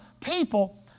people